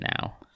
now